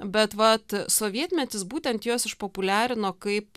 bet vat sovietmetis būtent juos išpopuliarino kaip